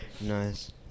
Nice